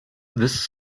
this